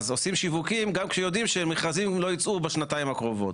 אז עושים שיווקים גם כשיודעים שמכרזים לא יצאו בשנתיים הקרובות.